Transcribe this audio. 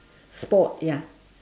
sport ya